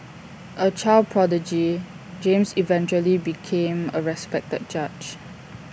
A child prodigy James eventually became A respected judge